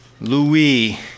Louis